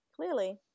Clearly